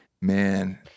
man